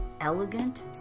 elegant